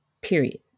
period